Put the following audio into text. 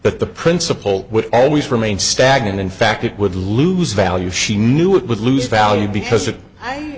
but the principle would always remain stagnant in fact it would lose value she knew it would lose value because i